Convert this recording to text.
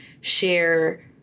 share